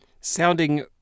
sounding